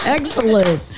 Excellent